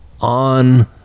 on